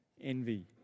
envy